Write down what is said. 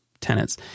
tenants